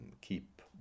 keep